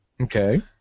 Okay